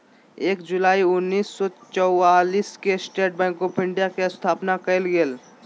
एक जुलाई उन्नीस सौ चौआलिस के स्टेट बैंक आफ़ इंडिया के स्थापना कइल गेलय